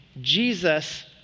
Jesus